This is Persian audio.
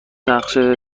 نقشه